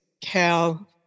Cal